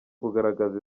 kugaragaza